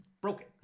broken